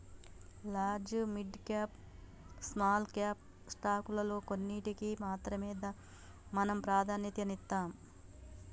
large, mid cap, small cap స్టాకుల్లో కొన్నిటికి మాత్రమే మనం ప్రాధన్యతనిత్తాం